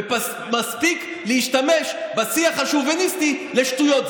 ומספיק להשתמש בשיח השוביניסטי לשטויות.